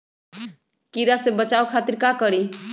कीरा से बचाओ खातिर का करी?